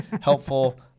helpful